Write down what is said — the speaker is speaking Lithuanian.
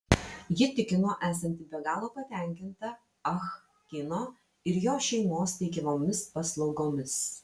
ji tikino esanti be galo patenkinta ah kino ir jo šeimos teikiamomis paslaugomis